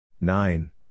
Nine